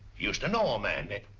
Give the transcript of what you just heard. used to know a man name.